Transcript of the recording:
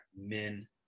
men